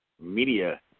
media